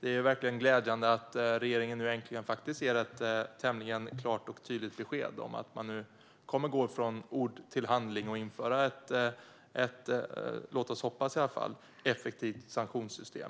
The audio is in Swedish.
Det är verkligen glädjande att regeringen äntligen ger ett klart och tydligt besked om att man kommer att gå från ord till handling och införa ett, låt oss i alla fall hoppas, effektivt sanktionssystem.